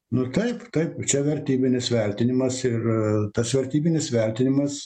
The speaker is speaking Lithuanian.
nu taip taip čia vertybinis vertinimas yra tas vertybinis vertinimas